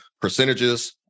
percentages